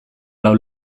lau